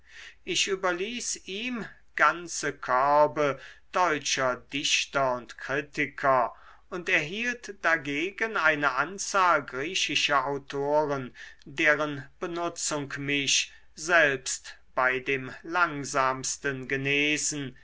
ich überließ ihm ganze körbe deutscher dichter und kritiker und erhielt dagegen eine anzahl griechischer autoren deren benutzung mich selbst bei dem langsamsten genesen